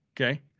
Okay